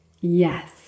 Yes